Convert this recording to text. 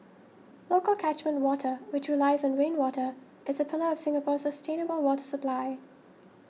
local catchment water which relies on rainwater is a pillar of Singapore's sustainable water supply